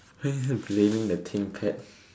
why are you blaming the ThinkPad